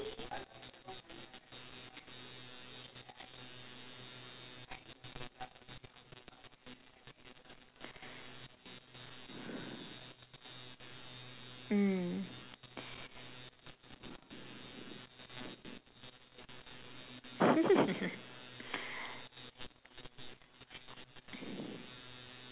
mm